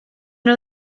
nhw